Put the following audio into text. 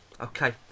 Okay